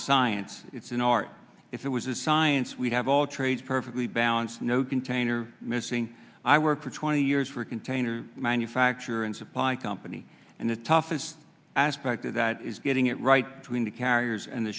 a science it's an art if it was a science we have all trades perfectly balanced no container missing i worked for twenty years for a container manufacturer and supply company and the toughest aspect of that is getting it right tween the carriers and the